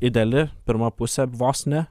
ideali pirma pusė vos ne